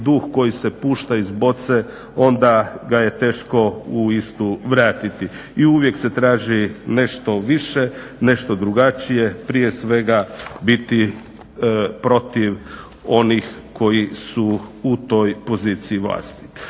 duh koji se pušta iz boce onda ga je teško u istu vratiti i uvijek se traži nešto više, nešto drugačije, prije svega biti protiv onih koji su u toj poziciji vlasti.